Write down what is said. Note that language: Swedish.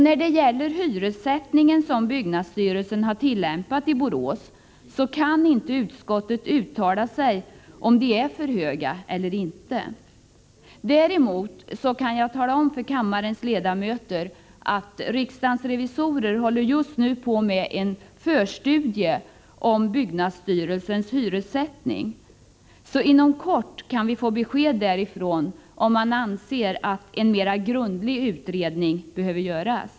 När det gäller den hyressättning som byggnadsstyrelsen har tillämpat i Borås kan inte utskottet uttala sig om huruvida nivån är för hög eller för låg. Däremot kan jag tala om för kammarens ledamöter att riksdagens revisorer just nu håller på med en förstudie om byggnadsstyrelsens hyressättning, varför vi inom kort kan få besked om huruvida det anses nödvändigt med en mera grundlig utredning.